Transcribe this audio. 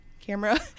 camera